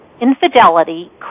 infidelity